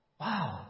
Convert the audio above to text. Wow